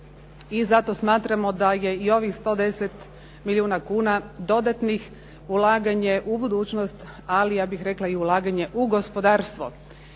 i zato smatramo da je i ovih 110 milijuna kuna dodatnih ulaganje u budućnost, ali ja bih rekla i ulaganje u gospodarstvo.